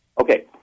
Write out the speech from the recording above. Okay